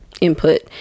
input